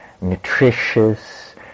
nutritious